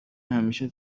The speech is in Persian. همیشه